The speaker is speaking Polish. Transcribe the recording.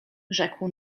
rzekł